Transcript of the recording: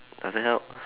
I stand up